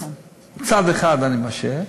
אז מצד אחד אני משעה,